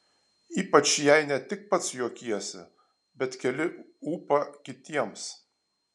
ypač jei ne tik pats juokiesi bet keli ūpą kitiems